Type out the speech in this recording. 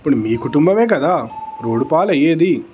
ఇప్పుడు మీ కుటుంబమే కదా రోడ్డు పాలు అయ్యేది